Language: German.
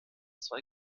zwei